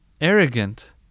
arrogant